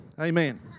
Amen